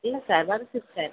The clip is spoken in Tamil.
இல்லை சார் வருது சார்